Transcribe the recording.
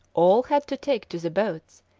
all had to take to the boats,